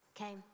Okay